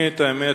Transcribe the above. את האמת,